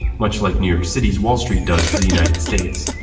much like new york city's wall street does for the united states.